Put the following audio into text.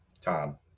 Tom